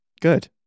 good